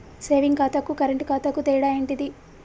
Saving ఖాతాకు current ఖాతాకు తేడా ఏంటిది?